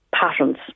patterns